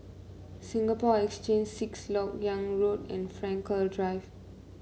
Singapore Exchange Sixth LoK Yang Road and Frankel Drive